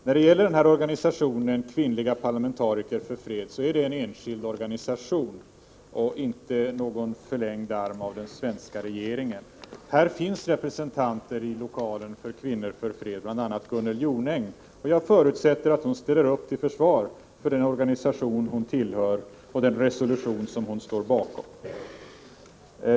Herr talman! Vad vi nu har lyssnat till är ett praktexempel på moderat dubbelmoral. Carl Bildt får inte ens citeras, eftersom han råkar befinna sig i utlandet. Maj Britt Theorin får man däremot angripa — jag vet inte var hon befinner sig, men hon är i varje fall inte här. Organistionen Kvinnliga parlamentariker för fred är en enskild organisation, inte någon regeringens förlängda arm. Här i plenisalen finns representanter för organisationen, bl.a. Gunnel Jonäng. Jag förutsätter att Gunnel Jonäng ställer upp till försvar för den organisation hon tillhör och den resolution hon står bakom.